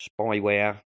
spyware